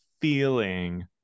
feeling